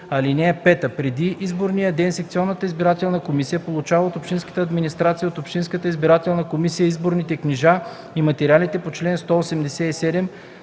комисия. (5) Преди изборния ден секционната избирателна комисия получава от общинската администрация и от общинската избирателна комисия изборните книжа и материали по чл. 187,